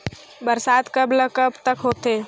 बरसात कब ल कब तक होथे?